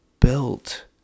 built